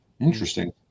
interesting